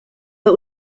but